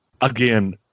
Again